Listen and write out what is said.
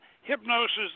hypnosis